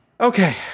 Okay